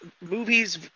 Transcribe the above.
movies